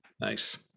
nice